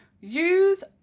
use